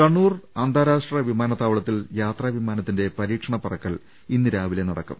കണ്ണൂർ അന്താരാഷ്ട്ര വിമാനത്താവളത്തിൽ യാത്രാ വിമാ നത്തിന്റെ പരീക്ഷണ പറക്കൽ ഇന്ന് രാവിലെ നടത്തും